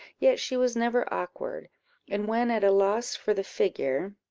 yet she was never awkward and when at a loss for the figure,